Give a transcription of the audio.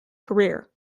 career